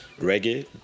reggae